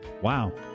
Wow